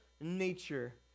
nature